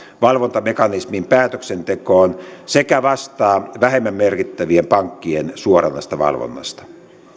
valvontamekanismin päätöksentekoon sekä vastaa vähemmän merkittävien pankkien suoranaisesta valvonnasta